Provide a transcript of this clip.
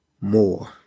more